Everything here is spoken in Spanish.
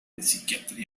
psiquiatría